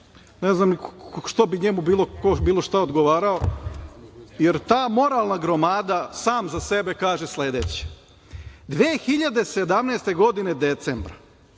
ne znam ni što bi njemu bilo ko šta odgovarao, jer ta moralna gromada, sam za sebe kaže sledeće – 2017. godine, decembra,